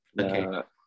Okay